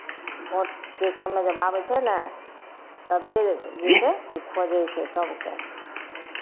भोटके समय जब आबै छै ने तबे जे छै ओ खोजै छै सभकेँ